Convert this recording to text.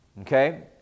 Okay